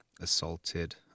assaulted